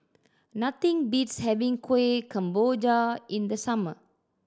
nothing beats having Kueh Kemboja in the summer